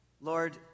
Lord